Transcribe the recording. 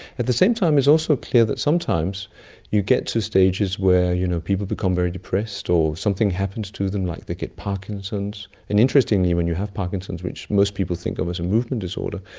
at the same time it's also clear that sometimes you get to stages where you know people become very depressed or something happens to them, like they get parkinson's. and interestingly when you have parkinson's, which most people think of as a movement disorder,